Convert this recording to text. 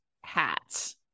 hat